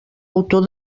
autor